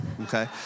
Okay